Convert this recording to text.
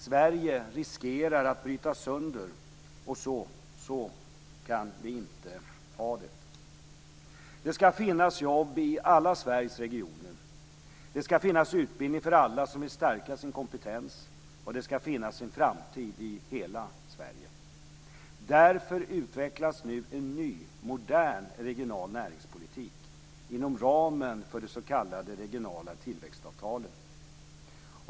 Sverige riskerar att brytas sönder, och så kan vi inte ha det. Det skall finnas jobb i alla Sveriges regioner. Det skall finnas utbildning för alla som vill stärka sin kompetens, och det skall finnas en framtid i hela Sverige. Därför utvecklas nu en ny modern regional näringspolitik inom ramen för de s.k. regionala tillväxtavtalen.